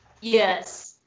Yes